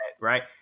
Right